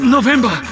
November